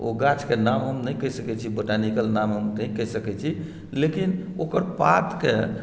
ओ गाछके नाम हमसभ नहि कहि सकै छी बॉटेनिकल नाम हम नहि कहि सकै छी लेकिन ओकर पातकेँ